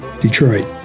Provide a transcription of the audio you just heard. Detroit